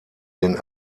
den